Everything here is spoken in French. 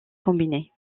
combiné